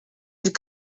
had